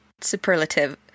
superlative